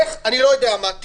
אני לא יודע מה,